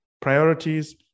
priorities